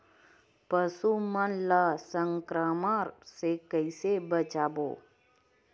पशु मन ला संक्रमण से कइसे बचाबो?